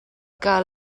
que